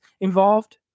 involved